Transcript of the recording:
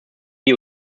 die